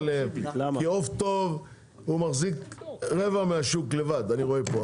כי עוף טוב מחזיק רבע מהשוק לבד, אני רואה פה.